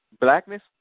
blackness